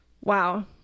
Wow